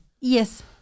Yes